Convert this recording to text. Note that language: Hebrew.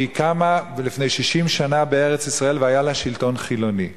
היא קמה לפני 60 שנה בארץ-ישראל והיה לה שלטון חילוני.